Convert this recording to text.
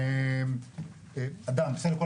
אם הנושאים האלה לא יפורטו בתקנות טרם